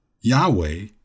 Yahweh